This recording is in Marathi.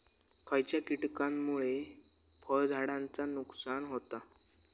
खयच्या किटकांमुळे फळझाडांचा नुकसान होता?